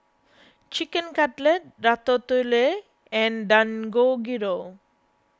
Chicken Cutlet Ratatouille and Dangojiru